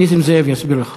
נסים זאב יסביר לך.